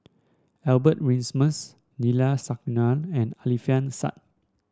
Albert Winsemius Neila Sathyalingam and Alfian Sa'at